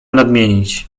nadmienić